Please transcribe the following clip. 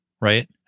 right